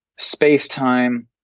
Space-time